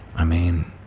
i mean,